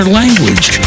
language